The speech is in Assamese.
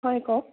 হয় কওক